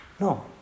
No